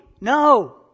No